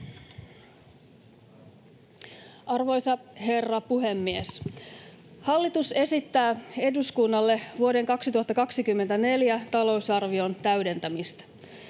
Arvoisa herra puhemies! Hallitus esittää eduskunnalle vuoden 2024 talousarvion täydentämistä.